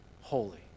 holy